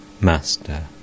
Master